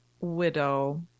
widow